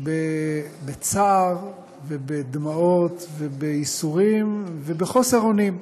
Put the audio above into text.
בצער ובדמעות ובייסורים ובחוסר אונים,